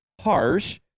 harsh